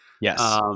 Yes